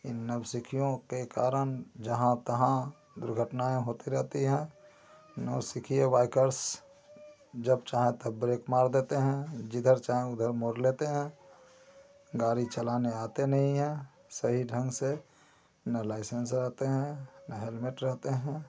इन नवसिखियों के कारण जहाँ तहाँ दुर्घटनायें होती रहती हैं नवसिखिए वाइकर्स जब चाहा तब ब्रेक मार देते हैं जिधर चाहें उधर मोड़ लेते हैं गाड़ी चलाने आते नहीं हैं सही ढंग से न लाइसेंस रहते हैं ना हेलमेट रहते हैं